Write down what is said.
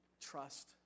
trust